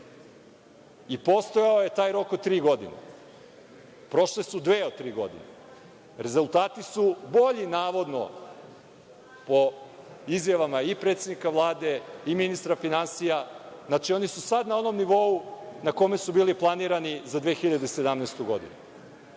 i postojao je taj rok od tri godine. Prošle su dve godine, rezultati su bolji, navodno, po izjavama i predsednika Vlade i ministra finansija. Znači, oni su sada na onom nivou na kome su bili planirani za 2017. godinu.